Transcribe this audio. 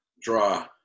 draw